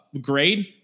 grade